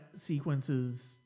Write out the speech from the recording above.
sequences